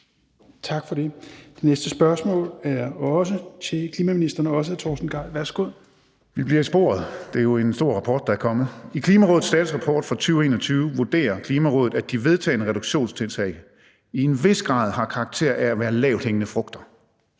(Rasmus Helveg Petersen): Værsgo. Kl. 15:35 Torsten Gejl (ALT): Vi bliver i sporet – det er jo en stor rapport, der er kommet. I Klimarådets statusrapport for 2021 vurderer Klimarådet, at de vedtagne reduktionstiltag i en vis grad har karakter af at være lavthængende frugter,